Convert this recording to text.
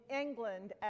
England